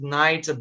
night